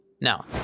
Now